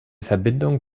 verbindung